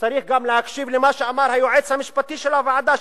שצריך גם להקשיב למה שאמר היועץ המשפטי של הוועדה,